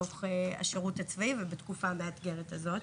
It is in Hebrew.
בתוך השירות הצבאי ובתקופה המאתגרת הזו.